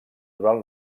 durant